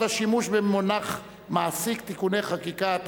וחובת השימוש במונח מעסיק (תיקוני חקיקה),